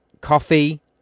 coffee